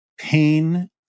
pain